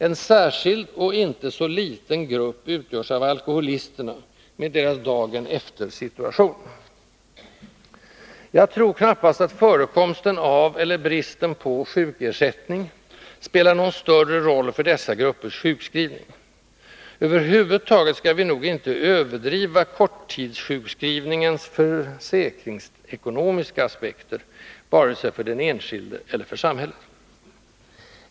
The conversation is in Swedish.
En särskild — och inte så liten — grupp utgörs av alkoholisterna med deras dagen-efter-situation. Jag tror knappast att förekomsten av, eller bristen på, sjukersättning spelar någon större roll för dessa gruppers sjukskrivning. Över huvud taget skall vi nog inte överdriva korttidssjukskrivningens försäkringsekonomiska aspekter, vare sig för den enskilde eller för samhället.